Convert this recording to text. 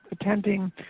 attending